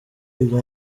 ibyo